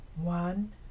One